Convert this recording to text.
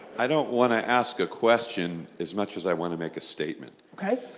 i don't wanna ask a question as much as i want to make a statement. okay.